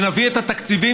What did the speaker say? שנביא את התקציבים,